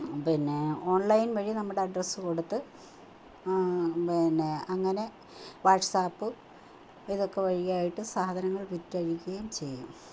പിന്നെ ഓൺലൈൻ വഴി നമ്മുടെ അഡ്രസ്സ് കൊടുത്ത് പിന്നെ അങ്ങനെ വാട്ട്സപ്പ് ഇതൊക്കെ വഴിയായിട്ട് സാധനങ്ങൾ വിറ്റഴിക്കുകയും ചെയ്യുന്നു